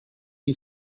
you